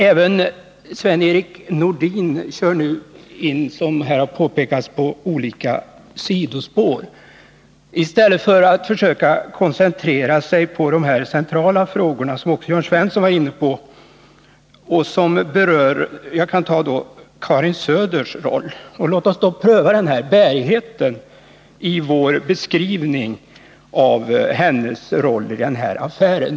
Även Sven-Erik Nordin kör nu, som här har påpekats, in på olika sidospår i stället för att försöka koncentrera sig på de centrala frågorna. Det var ju Jörn Svensson också inne på. Låt oss ta upp och pröva bärigheten i Karin Söders roll i Telub-affären.